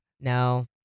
No